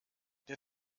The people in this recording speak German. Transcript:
der